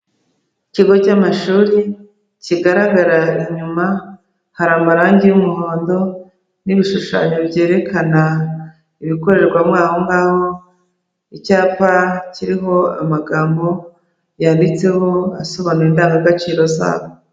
Ikigo cy'amashuri kigaragara inyuma, hari amarangi y'umuhondo n'ibishushanyo byerekana ibikorerwamo aho ngaho, icyapa kiriho amagambo yanditseho asobanura indangagaciro zabo.